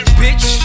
bitch